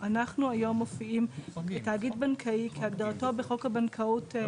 אנחנו היום מופיעים כתאגיד בנקאי כהגדרתו בחוק הבנקאות.